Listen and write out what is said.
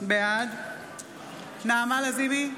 בעד נעמה לזימי,